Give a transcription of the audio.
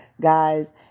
Guys